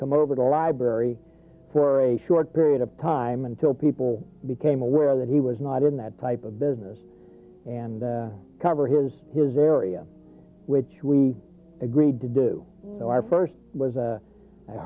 come over to our library for a short period of time until people became aware that he was not in that type of business and cover his his area which we agreed to do so our first was